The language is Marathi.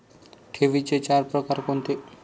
ठेवींचे चार प्रकार कोणते?